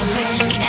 risk